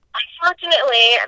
unfortunately